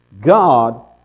God